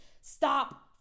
Stop